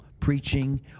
preaching